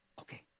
Okay